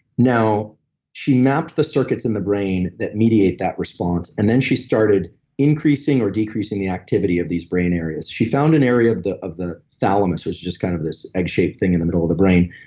now she mapped the circuits in the brain that mediate that response, and then she started increasing or decreasing the activity of these brain areas. she found an area of the of the thalamus, which is just kind of this egg shaped thing in the middle of the brain,